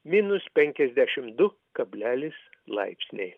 minus penkiasdešim du kablelis laipsniai